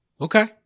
Okay